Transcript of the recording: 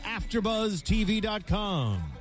AfterbuzzTV.com